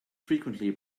frequently